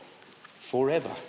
forever